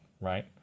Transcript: right